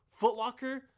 Footlocker